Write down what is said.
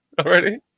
already